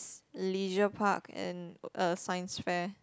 leisure park and a science fair